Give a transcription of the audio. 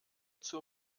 zur